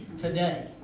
today